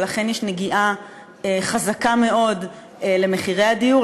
ולכן יש נגיעה חזקה מאוד למחירי הדיור,